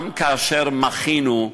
גם כאשר מחינו,